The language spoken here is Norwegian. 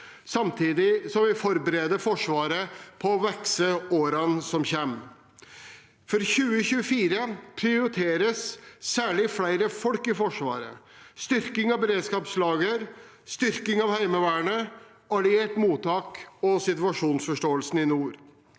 samtidig som vi forbereder Forsvaret på å vokse i årene som kommer. For 2024 prioriteres særlig flere folk i Forsvaret, styrking av beredskapslagre, styrking av Heimevernet, alliert mottak og situasjonsforståelse i nord.